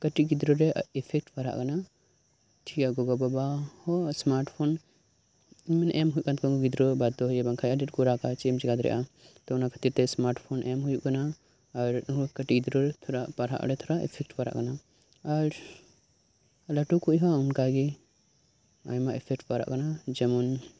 ᱠᱟᱴᱤᱡ ᱜᱤᱫᱽᱨᱟᱹ ᱨᱮ ᱤᱯᱷᱮᱠᱴ ᱯᱟᱲᱟᱜ ᱠᱟᱱᱟ ᱴᱷᱤᱠ ᱜᱮᱭᱟ ᱜᱚᱜᱚ ᱵᱟᱵᱟ ᱦᱚᱸ ᱥᱢᱟᱨᱴ ᱯᱷᱳᱱ ᱮᱢ ᱦᱳᱭᱳᱜ ᱠᱟᱱ ᱛᱟᱠᱚᱣᱟ ᱩᱱᱠᱩ ᱜᱤᱫᱽᱨᱟᱹ ᱵᱟᱫᱽᱫᱷᱚ ᱦᱚᱭᱮ ᱵᱟᱝᱠᱷᱟᱱ ᱟᱰᱤ ᱟᱸᱴ ᱠᱚ ᱨᱟᱜᱟ ᱪᱮᱫ ᱮᱢ ᱪᱤᱠᱟᱹ ᱫᱟᱲᱮᱭᱟᱜᱼᱟ ᱛᱚ ᱚᱱᱟ ᱠᱷᱟᱛᱤᱨ ᱛᱮ ᱥᱢᱟᱨᱴ ᱯᱷᱳᱱ ᱮᱢ ᱦᱳᱭᱳᱜ ᱠᱟᱱᱟ ᱟᱨ ᱩᱱᱟᱹᱜ ᱠᱟᱴᱤᱡ ᱜᱤᱫᱽᱨᱟᱹ ᱛᱷᱚᱲᱟ ᱯᱟᱲᱦᱟᱜ ᱨᱮ ᱛᱷᱚᱲᱟ ᱤᱯᱷᱮᱠᱴ ᱯᱟᱲᱟᱜ ᱠᱟᱱᱟ ᱟᱨ ᱞᱟᱴᱩ ᱠᱚᱦᱚᱸ ᱚᱱᱠᱟᱜᱮ ᱟᱭᱢᱟ ᱤᱯᱷᱮᱠᱴ ᱯᱟᱲᱟᱜ ᱠᱟᱱᱟ ᱡᱮᱢᱚᱱ